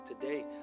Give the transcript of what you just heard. today